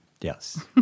Yes